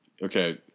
Okay